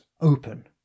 Open